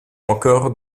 encore